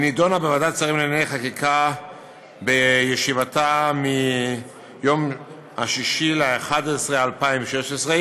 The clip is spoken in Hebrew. היא נדונה בוועדת השרים לענייני חקיקה בישיבתה ביום 6 בנובמבר 2016,